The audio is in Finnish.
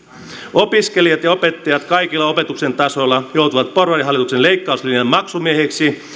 opiskelijat ja opettajat kaikilla opetuksen tasoilla joutuvat porvarihallituksen leikkauslinjan maksumiehiksi